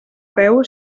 peu